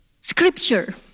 scripture